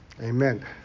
Amen